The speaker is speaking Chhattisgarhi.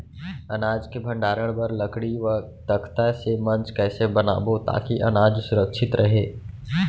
अनाज के भण्डारण बर लकड़ी व तख्ता से मंच कैसे बनाबो ताकि अनाज सुरक्षित रहे?